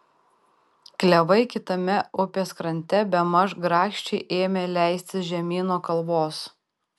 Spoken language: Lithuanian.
klevai kitame upės krante bemaž grakščiai ėmė leistis žemyn nuo kalvos